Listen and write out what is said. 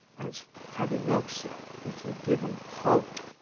as harvey milk said, if you give em hope,